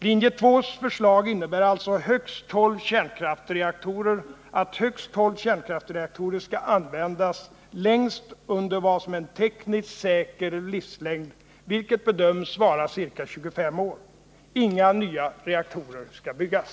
Linje 2:s förslag innebär alltså att högst tolv kärnkraftreaktorer skall användas längst under vad som är en tekniskt säker livslängd, vilket bedöms vara ca 25 år. Inga nya reaktorer skall byggas.